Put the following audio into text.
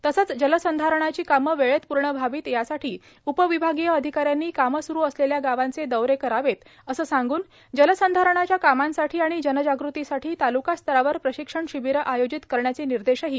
तसंच जलसंधारणाची कामं वेळेत पूर्ण व्हावीत यासाठी उपविभागीय अधिकाऱ्यांनी काम स्रु असलेल्या गावांचे दौरे करावेत असं सांगून जलसंधारणाच्या कामांसाठी आणि जनजागृतीसाठी ताल्कास्तरावर प्रशिक्षण शिबिरे आयोजित करण्याचे निर्देशही त्यांनी दिले